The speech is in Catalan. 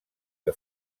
que